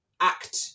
act